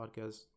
podcast